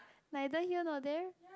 neither here nor there